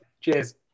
Cheers